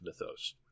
mythos